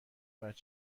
باید